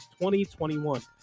2021